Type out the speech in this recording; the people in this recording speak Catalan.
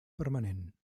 permanent